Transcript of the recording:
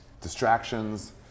distractions